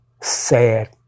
sad